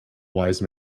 wise